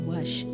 Wash